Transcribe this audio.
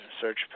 search